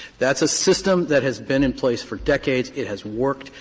that's a system that has been in place for decades. it has worked.